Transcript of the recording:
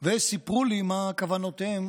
וסיפרו לי מה כוונותיהם